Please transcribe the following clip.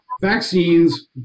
vaccines